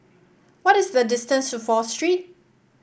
what is the distance to Fourth Street